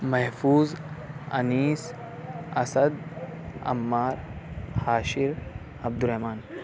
محفوظ انیس اسد عمار حاشر عبدالرحمن